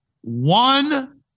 one